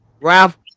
Ralph